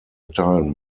erteilen